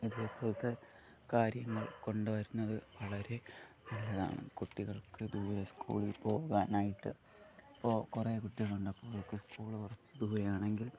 ഇതേപോലെത്തെ കാര്യങ്ങൾ കൊണ്ടുവരുന്നത് വളരെ നല്ലതാണ് കുട്ടികൾക്ക് ദൂരെ സ്കൂളിൽ പോകുവാനായിട്ട് അപ്പോൾ കുറെ കുട്ടികളുണ്ട് അപ്പോൾ അവർക്ക് സ്കൂൾ കുറച്ചു ദൂരെയാണെങ്കിൽ